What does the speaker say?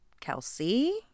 Kelsey